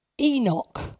Enoch